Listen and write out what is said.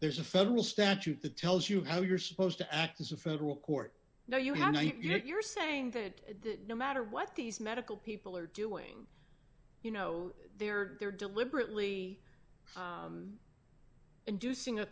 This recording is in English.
there's a federal statute that tells you how you're supposed to act as a federal court now you have you know you're saying that no matter what these medical people are doing you know they're they're deliberately inducing a